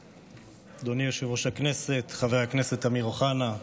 אדוני יושב-ראש הכנסת חבר הכנסת אמיר אוחנה,